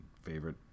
favorite